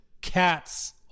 cats